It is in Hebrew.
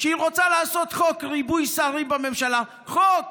כשהיא רוצה לעשות חוק ריבוי שרים בממשלה, חוק,